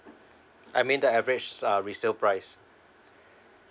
I mean the average lah resale price